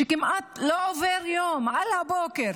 כמעט לא עובר יום שעל הבוקר